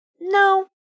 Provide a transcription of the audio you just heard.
No